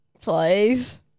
Please